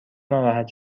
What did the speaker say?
ناراحت